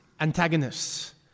antagonists